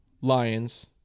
Lions